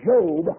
Job